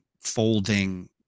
folding